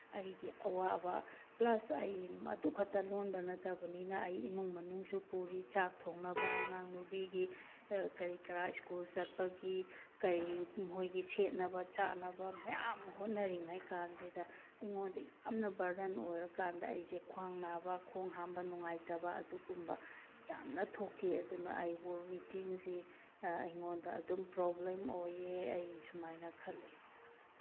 ꯑꯩꯒꯤ ꯑꯋꯥꯕ ꯄ꯭ꯂꯁ ꯑꯩ ꯑꯗꯨꯈꯛꯇ ꯂꯣꯟꯕ ꯅꯠꯇꯕꯅꯤꯅ ꯑꯩ ꯏꯃꯨꯡ ꯃꯅꯨꯡꯁꯨ ꯄꯨꯔꯤ ꯆꯥꯛ ꯊꯣꯡꯅꯕ ꯑꯉꯥꯡ ꯅꯨꯕꯤꯒꯤ ꯀꯔꯤ ꯀꯔꯥ ꯁ꯭ꯀꯨꯜ ꯆꯠꯄꯒꯤ ꯀꯔꯤ ꯃꯣꯏꯒꯤ ꯁꯦꯠꯅꯕ ꯆꯥꯅꯕ ꯃꯌꯥꯝ ꯍꯣꯠꯅꯔꯤꯉꯩ ꯀꯥꯟꯁꯤꯗ ꯑꯩꯉꯣꯟꯗ ꯌꯥꯝꯅ ꯕꯔꯗꯟ ꯑꯣꯏꯔꯀꯥꯟꯗ ꯑꯩꯁꯦ ꯈ꯭ꯋꯥꯡ ꯅꯥꯕ ꯈꯣꯡ ꯍꯥꯝꯕ ꯅꯨꯡꯉꯥꯏꯇꯕ ꯑꯗꯨꯒꯨꯝꯕ ꯌꯥꯝꯅ ꯊꯣꯛꯈꯤ ꯑꯗꯨꯅ ꯑꯩ ꯋꯨꯜ ꯅꯤꯠꯇꯤꯡꯁꯤ ꯑꯩꯉꯣꯟꯗ ꯑꯗꯨꯝ ꯄ꯭ꯔꯣꯕ꯭ꯂꯦꯝ ꯑꯣꯏꯌꯦ ꯑꯩ ꯁꯨꯃꯥꯏꯅ ꯈꯜꯂꯤ